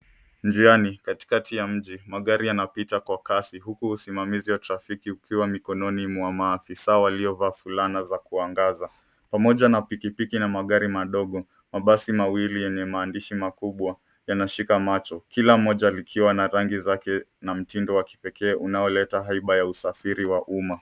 Njiani, katikati ya mji, magari yanapita kwa kasi huku usimamizi ya trafiki ukiwa mikononi mwa maafisa waliovaa fulana za kuangaza. Pamoja na pikipiki na magari madogo, mabasi mawili yenye maandishi makubwa yanashika macho. Kila moja likiwa na rangi zake na mtindo wa kipekee unaoleta haiba ya usafiri wa umma.